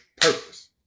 purpose